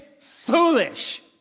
foolish